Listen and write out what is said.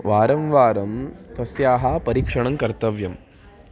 वारं वारं तस्याः परीक्षणं कर्तव्यम्